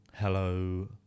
Hello